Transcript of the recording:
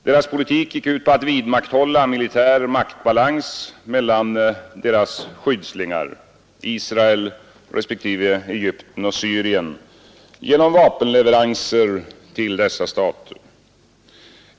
Deras politik gick ut på att vidmakthålla militär maktbalans mellan deras skyddslingar, Israel respektive Egypten och Syrien, genom vapenleveranser till dessa stater.